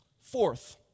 Fourth